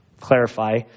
clarify